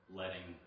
letting